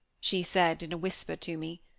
she said, in a whisper to me.